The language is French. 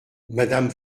madame